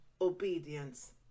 obedience